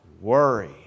worry